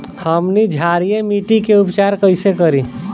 हमनी क्षारीय मिट्टी क उपचार कइसे करी?